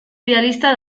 idealista